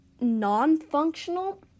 non-functional